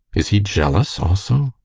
is he jealous also?